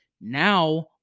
Now